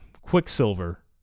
Quicksilver